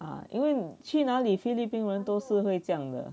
mm 因为去哪里菲律宾人都是会这样的